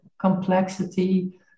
complexity